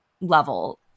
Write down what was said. level